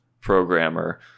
programmer